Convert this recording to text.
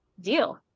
deal